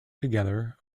together